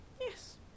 Yes